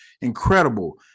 incredible